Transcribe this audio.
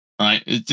Right